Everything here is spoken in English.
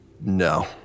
no